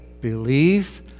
belief